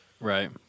Right